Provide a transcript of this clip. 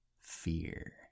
fear